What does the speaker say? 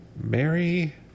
Mary